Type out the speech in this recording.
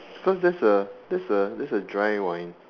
because that's a that's a that's a dry wine